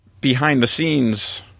behind-the-scenes